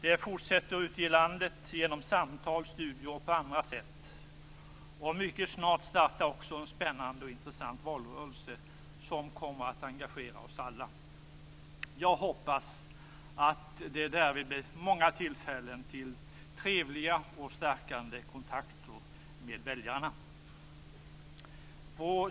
Det fortsätter ute i landet genom samtal, studier och på andra sätt. Mycket snart startar också en spännande och intressant valrörelse som kommer att engagera oss alla. Jag hoppas att det därvid blir många tillfällen till trevliga och stärkande kontakter med väljarna.